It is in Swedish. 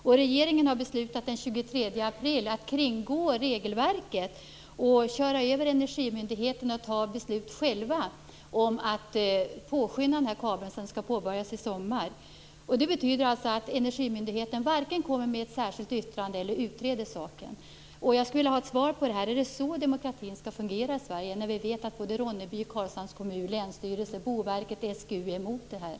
Den 23 april beslutade regeringen att kringgå regelverket och köra över energimyndigheten och att själv ta beslut om att påskynda kabelarbetet som skall påbörjas i sommar. Det betyder att energimyndigheten varken kommer med ett särskilt yttrande eller utreder saken. Jag skulle vilja ha svar på frågan: Är det så demokratin skall fungera i Sverige? Vi vet att både Ronneby och Karlshamns kommun, länsstyrelsen, Boverket och SGU är emot detta.